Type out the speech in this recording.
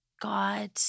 God